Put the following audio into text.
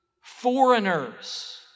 foreigners